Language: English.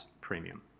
premium